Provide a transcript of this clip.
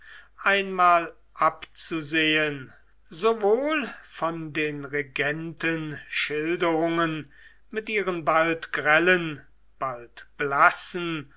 einmal abzusehen sowohl von den regentenschilderungen mit ihren bald grellen bald blassen